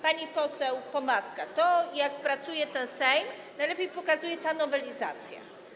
Pani poseł Pomaska, to jak pracuje ten Sejm, najlepiej pokazuje ta nowelizacja.